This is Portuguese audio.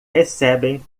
recebem